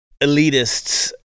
elitists